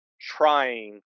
trying